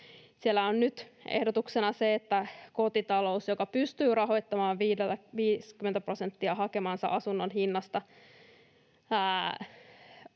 Kokoomus näkee, että jos kotitalous pystyy rahoittamaan 50 prosenttia hakemansa asunnon hinnasta,